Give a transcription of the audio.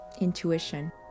intuition